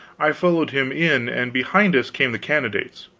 i followed him in and behind us came the candidates.